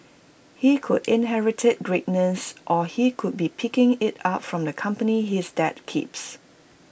he could inherit greatness or he could be picking IT up from the company his dad keeps